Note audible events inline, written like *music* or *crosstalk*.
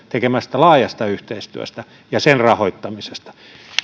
*unintelligible* tekemästä laajasta yhteistyöstä ja sen rahoittamisesta